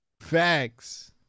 Facts